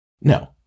No